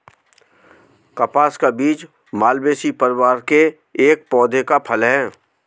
कपास का बीज मालवेसी परिवार के एक पौधे का फल है